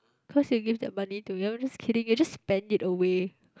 cause you will give the money to me no I'm just kidding you will just spend it away